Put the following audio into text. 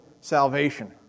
salvation